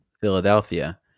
Philadelphia